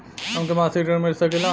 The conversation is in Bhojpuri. हमके मासिक ऋण मिल सकेला?